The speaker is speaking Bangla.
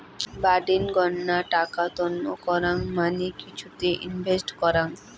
বাডেনগ্না টাকা তন্ন করাং মানে কিছুতে ইনভেস্ট করাং